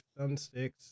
thumbsticks